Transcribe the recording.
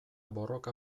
borroka